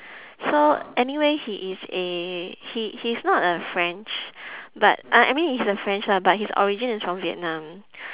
so anyway he is a he he's not a french but I I mean he is a french lah but his origin is from vietnam